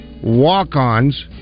walk-ons